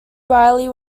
riley